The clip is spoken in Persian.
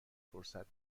فرصت